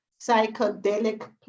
psychedelic